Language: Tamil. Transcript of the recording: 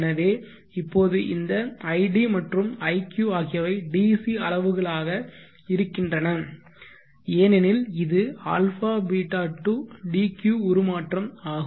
எனவே இப்போது இந்த id மற்றும் iq ஆகியவை DC அளவுகளாக இருக்கின்றன ஏனெனில் இது αβ to dq உருமாற்றம் ஆகும்